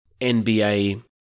NBA